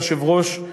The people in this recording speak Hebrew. אדוני היושב-ראש,